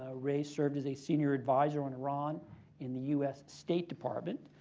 ah ray served as a senior advisor on iran in the u s. state department.